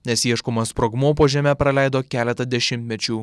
nes ieškomas sprogmuo po žeme praleido keletą dešimtmečių